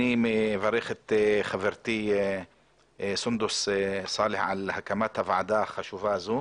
אני מברך את חברתי סונדוס סאלח על הקמת הוועדה החשובה הזו.